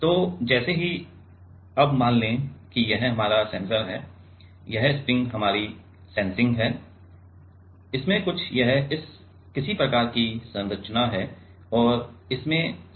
तो जैसे ही अब मान लें कि यह हमारा सेंसर है यह स्प्रिंग हमारी सेंसिंग है इसमें कुछ यह किसी प्रकार की संरचना है और इसमें सेंसिंग तत्व आदि हैं